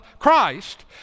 Christ